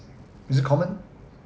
is it common